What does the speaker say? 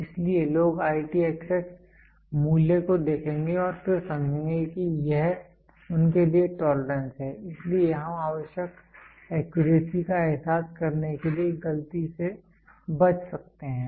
इसलिए लोग IT xx मूल्य को देखेंगे और फिर समझेंगे कि यह उनके लिए टोलरेंस है इसलिए हम आवश्यक एक्यूरेसी का एहसास करने के लिए गलती से बच सकते हैं